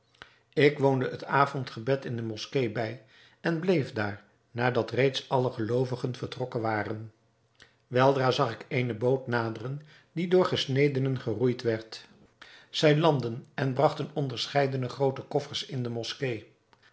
ik woonde het avondgebed in de moskee bij en bleef daar nadat reeds alle geloovigen vertrokken waren weldra zag ik eene boot naderen die door gesnedenen geroeid werd zij landden en bragten onderscheidene groote koffers in de moskee